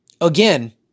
again